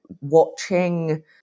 watching